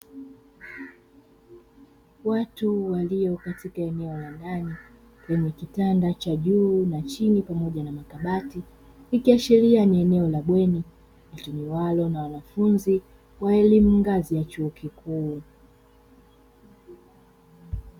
Watu walio katika eneo la ndani lenye kitanda cha juu na chini pamoja na makabati, ikiashiria ni eneo la bweni litumiwalo na wanafunzi wa elimu ngazi ya chuo kikuu.